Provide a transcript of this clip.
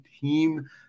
team